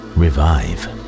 revive